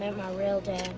and my real dad.